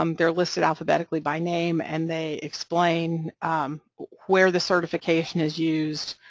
um they're listed alphabetically by name and they explain where the certification is used,